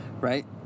right